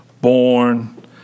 born